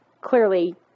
clearly